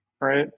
right